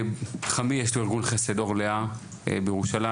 חמי יש לו ארגון חסד "אור לאה" בירושלים,